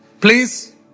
Please